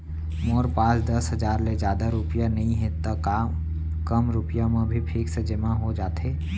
मोर पास दस हजार ले जादा रुपिया नइहे त का कम रुपिया म भी फिक्स जेमा हो जाथे?